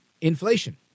inflation